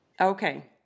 Okay